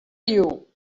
you